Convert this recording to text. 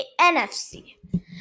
NFC